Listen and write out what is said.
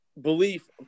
belief